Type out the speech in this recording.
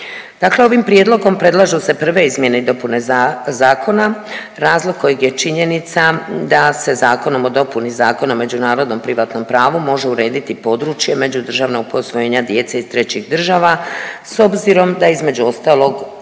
ovim prijedlogom predlažu se prve izmjene i dopune zakona razlog kojeg je činjenica da se Zakonom o dopuni Zakona o međunarodnom privatnom pravu može urediti područje međudržavnog posvojenja djece iz trećih država s obzirom da između ostalog